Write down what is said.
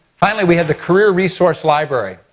finally, we have the career resource library.